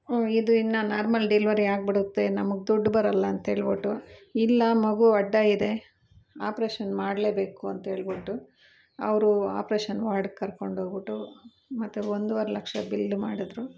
ಇದು ಇನ್ನ normal delivery ಆಗಿಬಿಡುತ್ತೆ ನಮಗೆ ದುಡ್ದು ಬರಲ್ಲ ಅಂತೇಳ್ಬಿಟ್ಟು ಇಲ್ಲ ಮಗು ಅಡ್ಡ ಇದೆ ಆಪ್ರೇಷನ್ ಮಾಡಲೆ ಬೇಕು ಅಂತೇಳ್ಬಿಟ್ಟು ಅವ್ರು ಆಪ್ರೇಷನ್ ವಾರ್ಡ್ಗೆ ಕರ್ಕೊಂಡು ಹೋಗಿಬಿಟ್ಟು ಮತ್ತು ಒಂದುವರೆ ಲಕ್ಷ ಬಿಲ್ ಮಾಡಿದ್ರು